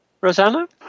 Rosanna